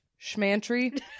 Schmantry